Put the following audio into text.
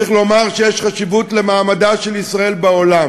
צריך לומר שיש חשיבות למעמדה של ישראל בעולם.